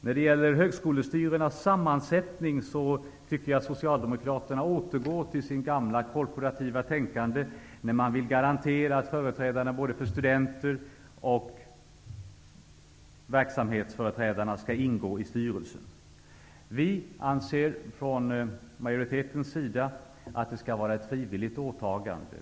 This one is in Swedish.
När det gäller högskolestyrelsernas sammansättning återgår Socialdemokraterna till sitt gamla korporativa tänkande, när de vill garantera att både företrädarna för studenter och verksamhetsföreträdarna skall ingå i styrelsen. Vi anser från majoritetens sida att det skall vara ett frivilligt åtagande.